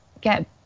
get